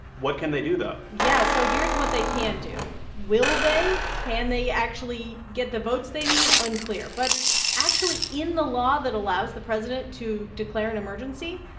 what can they do, though? yeah. so here's what they can do. will they? can they actually get the votes they need? unclear. but actually, in the law that allows the president to declare an emergency,